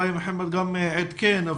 אולי מוחמד גם עדכן,